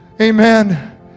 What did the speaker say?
Amen